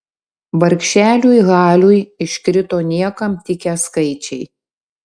vargšeliui haliui iškrito niekam tikę skaičiai